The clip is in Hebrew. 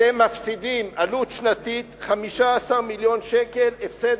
אתם מפסידים עלות שנתית 15 מיליון שקלים הפסד